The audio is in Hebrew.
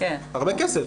הרבה כסף.